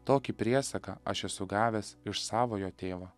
tokį priesaką aš esu gavęs iš savojo tėvo